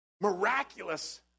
miraculous